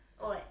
!oi!